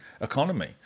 economy